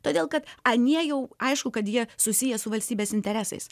todėl kad anie jau aišku kad jie susiję su valstybės interesais